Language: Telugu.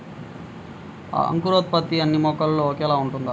అంకురోత్పత్తి అన్నీ మొక్కల్లో ఒకేలా ఉంటుందా?